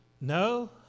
No